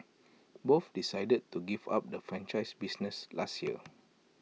both decided to give up the franchise business last year